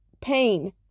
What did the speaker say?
pain